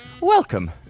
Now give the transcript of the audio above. welcome